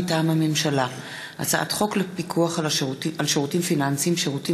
מטעם הממשלה: הצעת חוק הפיקוח על שירותים פיננסיים (שירותים